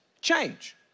change